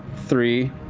three,